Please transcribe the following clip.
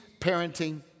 parenting